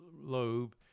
lobe